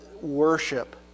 worship